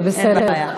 זה בסדר.